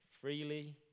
freely